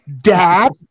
Dad